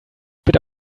bitte